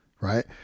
right